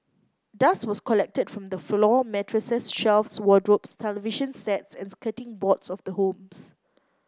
dust was collected from the floor mattresses shelves wardrobes television sets and skirting boards of the homes